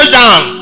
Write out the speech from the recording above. down